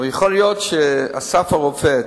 ש"אסף הרופא"